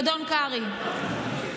אדון קרעי,